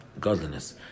godliness